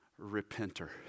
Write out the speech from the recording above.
repenter